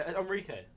Enrique